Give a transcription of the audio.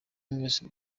mwese